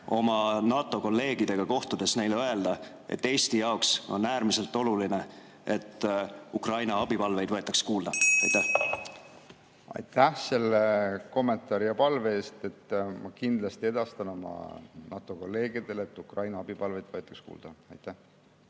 oma NATO kolleegidega kohtudes neile öelda, et Eesti jaoks on äärmiselt oluline, et Ukraina abipalveid võetaks kuulda? Aitäh selle kommentaari ja palve eest! Ma kindlasti edastan oma NATO kolleegidele soovi, et Ukraina abipalveid võetaks kuulda. Aitäh